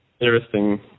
Interesting